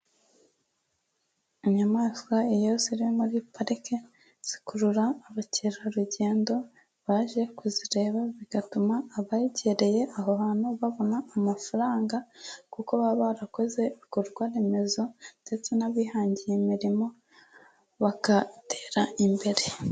Inyamaswa iyo ziri muri parike zikurura abakerarugendo baje kuzireba, bigatuma abegereye aho hantu babona amafaranga kuko baba barakoze ibikorwaremezo, ndetse n'abihangiye imirimo bagatera imbere.